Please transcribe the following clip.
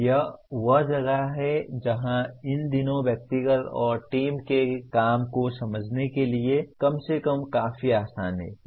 यह वह जगह है जहां इन दिनों व्यक्तिगत और टीम के काम को समझने के लिए कम से कम काफी आसान है